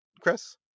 chris